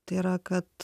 tai yra kad